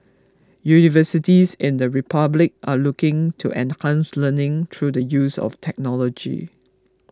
universities in the Republic are looking to enhance learning through the use of technology